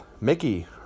Mickey